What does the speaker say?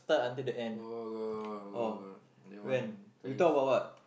got got got got that one tired